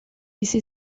bizi